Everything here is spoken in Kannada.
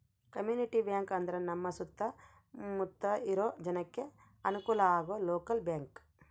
ಕಮ್ಯುನಿಟಿ ಬ್ಯಾಂಕ್ ಅಂದ್ರ ನಮ್ ಸುತ್ತ ಮುತ್ತ ಇರೋ ಜನಕ್ಕೆ ಅನುಕಲ ಆಗೋ ಲೋಕಲ್ ಬ್ಯಾಂಕ್